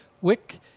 Wick